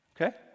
okay